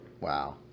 Wow